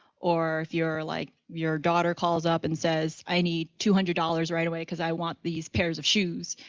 or if you're like, your daughter calls up and says, i need two hundred dollars right away because i want these pairs of shoes,